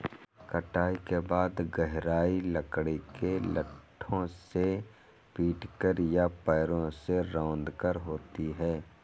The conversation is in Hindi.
कटाई के बाद गहराई लकड़ी के लट्ठों से पीटकर या पैरों से रौंदकर होती है